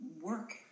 work